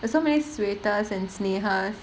there's so many sweta and sneha